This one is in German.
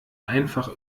einfach